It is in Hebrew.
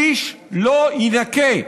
איש לא יינקה.